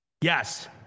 Yes